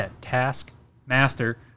Taskmaster